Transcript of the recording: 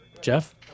Jeff